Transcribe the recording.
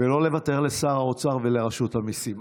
ולא לוותר לשר האוצר ולרשות המיסים.